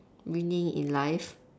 winning in life